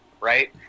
Right